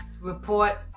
report